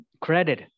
credit